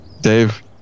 Dave